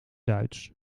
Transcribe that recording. duits